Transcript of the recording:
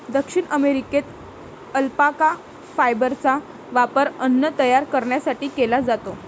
दक्षिण अमेरिकेत अल्पाका फायबरचा वापर अन्न तयार करण्यासाठी केला जातो